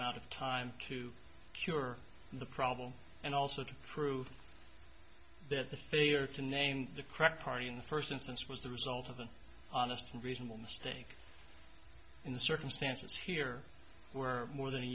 amount of time to cure the problem and also to prove that the failure to name the correct party in the first instance was the result of an honest and reasonable mistake in the circumstances here were more than a